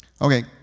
Okay